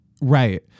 Right